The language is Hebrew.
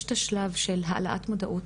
יש את השלב של העלאת המודעות,